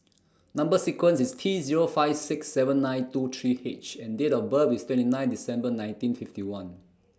Number sequence IS T Zero five six seven nine two three H and Date of birth IS twenty nine December nineteen fifty one